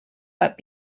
but